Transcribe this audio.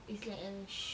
it's like a sh~